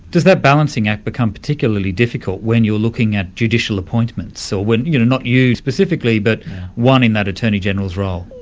does that balancing act become particularly difficult when you're looking at judicial appointments, so you know not you specifically, but one in that attorney-general's role?